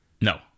No